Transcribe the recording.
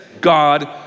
God